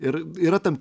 ir yra tam